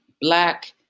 black